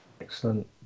excellent